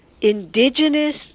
indigenous